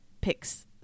picks